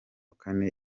kane